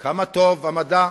כמה טוב המדע,